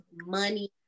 money